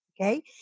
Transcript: Okay